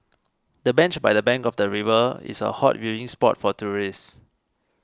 the bench by the bank of the river is a hot viewing spot for tourists